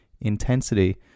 Intensity